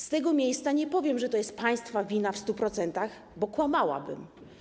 Z tego miejsca nie powiem, że to jest państwa wina w 100%, bo kłamałabym.